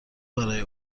برای